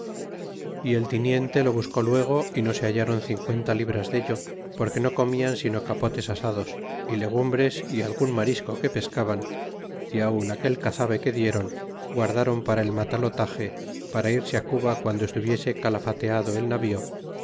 y el tiniente lo buscó luego y no se hallron cincuenta libras de il porque no comian sino capotes asados y legumbres y algun marisco que pescaban y aun aquel cazabe que dieron guardron para e matalotage para irse cuba guando estuviese calafeteado el navío